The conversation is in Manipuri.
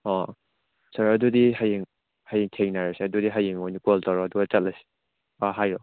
ꯑꯥ ꯁꯥꯔ ꯑꯗꯨꯗꯤ ꯍꯌꯦꯡ ꯍꯌꯦꯡ ꯊꯦꯡꯅꯔꯁꯦ ꯑꯗꯨꯗꯤ ꯍꯌꯦꯡ ꯑꯣꯏꯅ ꯀꯣꯜ ꯇꯧꯔꯛꯑꯣ ꯑꯗꯨꯒ ꯆꯠꯂꯁꯤ ꯑꯥ ꯍꯥꯏꯌꯨ